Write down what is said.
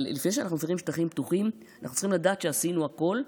לדעת שעשינו הכול,